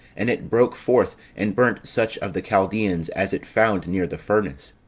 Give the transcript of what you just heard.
and it broke forth, and burnt such of the chaldeans as it found near the furnace.